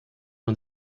man